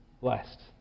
blessed